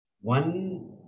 One